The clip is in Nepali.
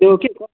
त्यो के कत्